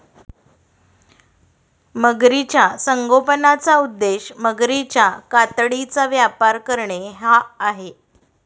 मगरीच्या संगोपनाचा उद्देश मगरीच्या कातडीचा व्यापार करणे हा आहे